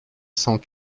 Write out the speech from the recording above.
cent